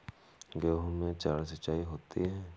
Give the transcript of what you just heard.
गेहूं में चार सिचाई होती हैं